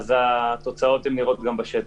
אז התוצאות נראות בשטח.